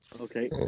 Okay